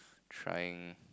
trying